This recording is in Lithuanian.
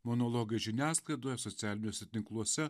monologai žiniasklaidoje socialiniuose tinkluose